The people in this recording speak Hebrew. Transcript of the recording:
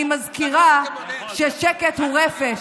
אני מזכירה ששקט הוא רפש,